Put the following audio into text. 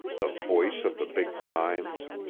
the voice of the big pines!